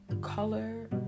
color